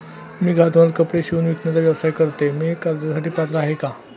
मी घरातूनच कपडे शिवून विकण्याचा व्यवसाय करते, मी कर्जासाठी पात्र आहे का?